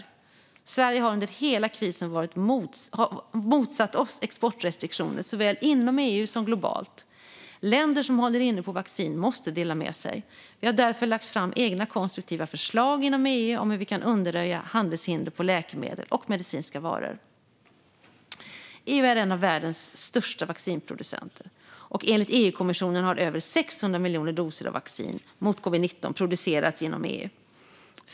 Vi i Sverige har under hela krisen motsatt oss exportrestriktioner såväl inom EU som globalt. Länder som håller inne på vaccin måste dela med sig. Vi har därför lagt fram egna konstruktiva förslag inom EU om hur vi kan undanröja handelshinder på läkemedel och medicinska varor. EU är en av världens största vaccinproducenter, och enligt EU-kommissionen har över 600 miljoner doser av vaccin mot covid-19 producerats i EU.